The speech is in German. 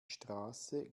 straße